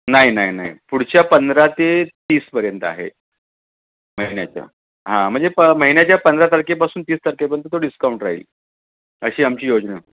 नाही नाही नाही पुढच्या पंधरा ते तीसपर्यंत आहे महिन्याच्या हा म्हणजे प महिन्याच्या पंधरा तारखेपासून तीस तारखेपर्यंत तो डिस्काउंट राहील अशी आमची योजना